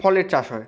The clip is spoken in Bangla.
ফলের চাষ হয়